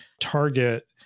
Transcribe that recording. target